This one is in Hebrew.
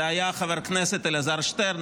זה היה חבר הכנסת אלעזר שטרן.